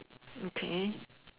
okay